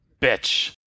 bitch